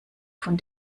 von